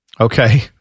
Okay